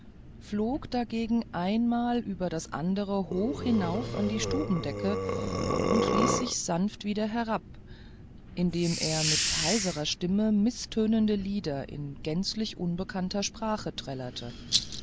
flog dagegen einmal über das andere hoch hinauf an die stubendecke und ließ sich sanft wieder herab indem er mit heiserer stimme mißtönende lieder in gänzlich unbekannter sprache trällerte